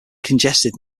congested